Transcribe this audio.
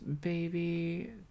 baby